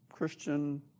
Christian